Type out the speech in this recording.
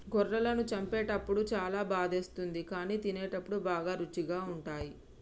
గొర్రెలను చంపేటప్పుడు చాలా బాధేస్తుంది కానీ తినేటప్పుడు బాగా రుచిగా ఉంటాయి